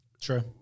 true